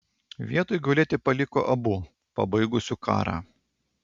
vietoj gulėti paliko abu pabaigusiu karą